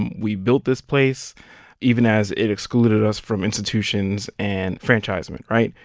and we built this place even as it excluded us from institutions and franchisement, right?